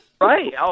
Right